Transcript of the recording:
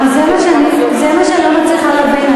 זה מה שאני לא מצליחה להבין.